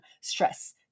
stress